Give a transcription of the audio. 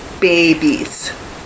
babies